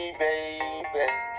baby